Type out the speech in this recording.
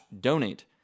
donate